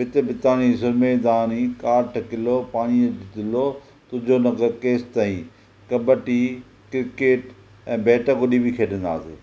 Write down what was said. भित भिताणी सुरमें दाणी काठ किलो पाणीअ दिलो तुंहिंजो लंॻ केसि ताईं कबडी क्रिकेट ऐं बेट गुॾी बि खेॾंदा हुआसीं